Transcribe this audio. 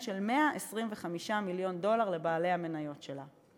של 125 מיליון דולר לבעלי המניות שלה.